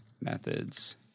methods